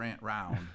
round